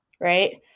right